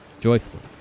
Joyfully